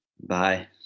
Bye